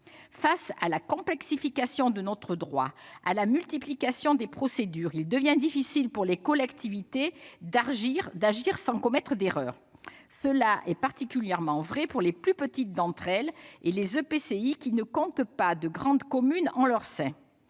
Face à la complexification de notre droit, à la multiplication des procédures, il devient difficile pour les collectivités d'agir sans commettre d'erreurs. Cela est particulièrement vrai pour les plus petites d'entre elles et les EPCI qui ne comptent pas de grande commune en leur sein.